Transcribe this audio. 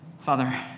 Father